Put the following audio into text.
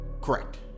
correct